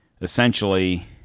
essentially